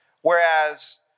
Whereas